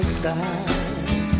side